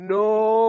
no